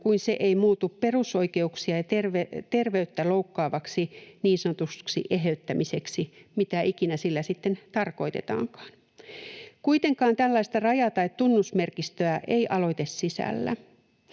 kuin se ei muutu perusoikeuksia ja terveyttä loukkaavaksi niin sanotuksi eheyttämiseksi, mitä ikinä sillä sitten tarkoitetaankaan. Kuitenkaan tällaista raja- tai tunnusmerkistöä ei aloite sisällä.